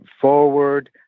forward